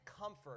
comfort